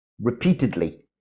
repeatedly